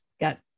got